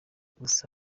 gusa